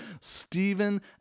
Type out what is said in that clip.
Stephen